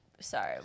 sorry